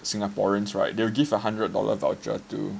Singaporeans right they will give a hundred dollar voucher to